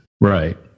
right